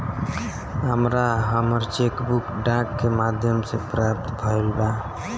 हमरा हमर cheque book डाक के माध्यम से प्राप्त भईल बा